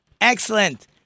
Excellent